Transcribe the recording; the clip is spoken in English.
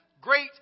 great